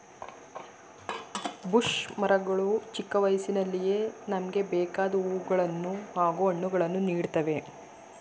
bush ಮರಗಳು ಚಿಕ್ಕ ವಯಸ್ಸಿನಲ್ಲಿಯೇ ನಮ್ಗೆ ಬೇಕಾದ್ ಹೂವುಗಳನ್ನು ಹಾಗೂ ಹಣ್ಣುಗಳನ್ನು ನೀಡ್ತವೆ